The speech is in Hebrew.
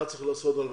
מה צריך לעשות?